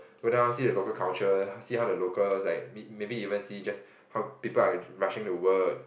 go down see the local culture see how the locals like maybe even just see how people are rushing to work